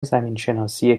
زمینشناسی